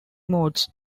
modes